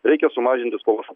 reikia sumažinti skolos